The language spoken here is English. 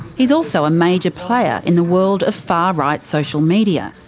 he's also a major player in the world of far-right social media,